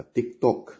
TikTok